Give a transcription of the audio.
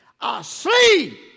Asleep